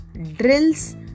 drills